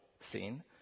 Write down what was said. scene